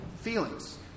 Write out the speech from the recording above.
feelings